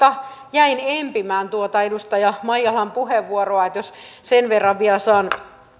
jäin empimään tuota edustaja maijalan puheenvuoroa jos sen verran vielä saan